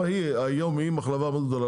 היא מחלבה מאוד גדולה,